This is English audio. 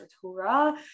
Torah